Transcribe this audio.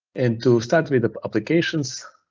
and to start with the applications,